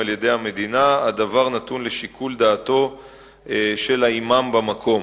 לעתים בשעות הבוקר המאוד מוקדמות,